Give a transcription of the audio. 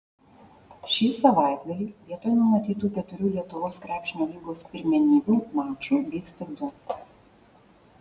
šį savaitgalį vietoj numatytų keturių lietuvos krepšinio lygos pirmenybių mačų vyks tik du